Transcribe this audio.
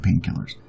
painkillers